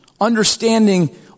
understanding